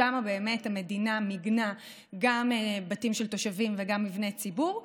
שם באמת המדינה מיגנה גם בתים של תושבים וגם מבני ציבור,